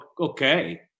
okay